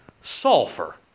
Sulfur